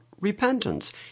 repentance